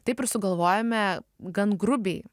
taip ir sugalvojome gan grubiai